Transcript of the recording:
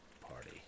party